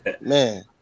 Man